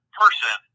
person